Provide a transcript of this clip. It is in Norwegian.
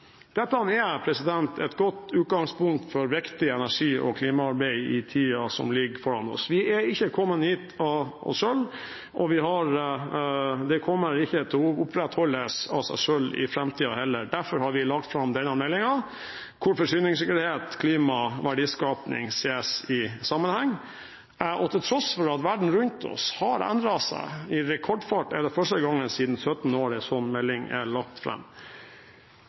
Dette er et godt utgangspunkt for viktig energi- og klimaarbeid i tiden som ligger foran oss. Vi er ikke kommet hit av oss selv, og det kommer ikke til å opprettholdes av seg selv i framtiden heller. Derfor har vi lagt fram denne meldingen, hvor forsyningssikkerhet, klima og verdiskaping ses i sammenheng. Til tross for at verden rundt oss har endret seg i rekordfart, er det første gang på 17 år en slik melding er lagt